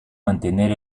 mantener